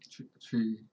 thr~ three